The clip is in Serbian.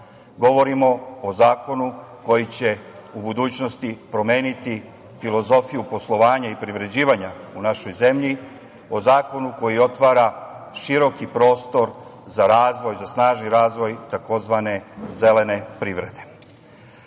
Govorimo o zakonu koji će u budućnosti promeniti filozofiju poslovanja i privređivanja u našoj zemlji, o zakonu koji otvara široki prostor za razvoj, za snažni razvoj tzv. "zelene privrede".Obzirom